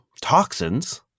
toxins